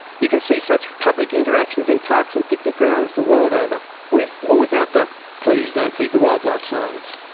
you can see such public interactions in parks or and picnic grounds the world over with or without the please don't feed the wildlife signs.